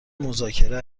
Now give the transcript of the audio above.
مذاکره